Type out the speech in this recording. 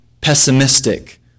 pessimistic